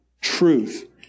truth